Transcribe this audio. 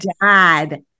dad